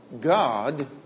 God